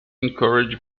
encourage